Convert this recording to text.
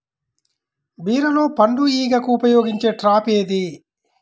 బీరలో పండు ఈగకు ఉపయోగించే ట్రాప్ ఏది?